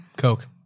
Coke